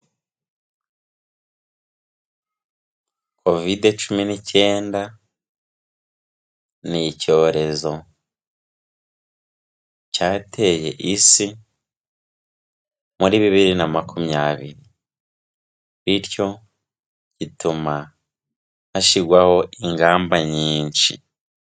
Kovide cumi n'icyenda ni icyorezo cyateye Isi muri bibiri na makumyabiri, bityo gituma hashyirwaho ingamba nyinshi.